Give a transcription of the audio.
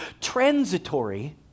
transitory